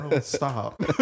stop